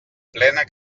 plena